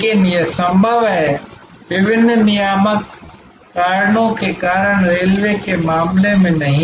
लेकिन यह संभव है विभिन्न नियामक कारणों के कारण रेलवे के मामले में नहीं